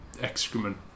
excrement